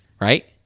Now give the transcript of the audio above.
right